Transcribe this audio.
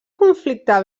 conflicte